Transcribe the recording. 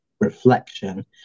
reflection